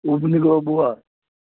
खूब नीक रहू बौआ